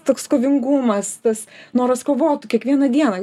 toks kovingumas tas noras kovot kiekvieną dieną